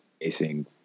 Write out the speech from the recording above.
facing